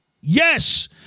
Yes